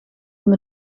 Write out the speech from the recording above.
een